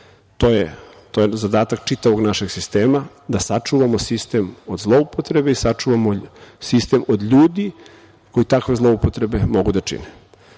To je zadatak čitavog našeg sistema, da sačuvamo sistem od zloupotrebe i sačuvamo sistem od ljudi koji takve zloupotrebe mogu da čine.O